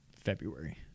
february